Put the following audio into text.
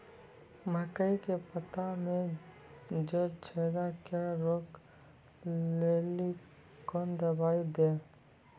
मकई के पता मे जे छेदा क्या रोक ले ली कौन दवाई दी?